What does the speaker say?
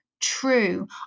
true